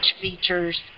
features